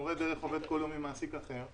מורה דרך עובד כל יום עם מעסיק אחר.